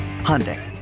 Hyundai